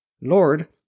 Lord